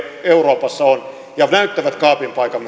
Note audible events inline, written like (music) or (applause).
euroopassa on ja näyttävät kaapin paikan (unintelligible)